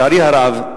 לצערי הרב,